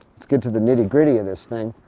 let's get to the nitty-gritty of this thing.